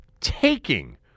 taking